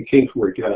kinks worked yeah